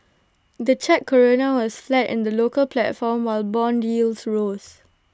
the Czech Koruna was flat in the local platform while Bond yields rose